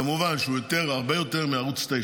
כמובן שהוא הרבה יותר מערוץ 9,